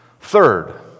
third